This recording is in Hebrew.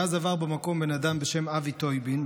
ואז עבר במקום בן אדם בשם אבי טויבין,